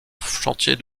chantier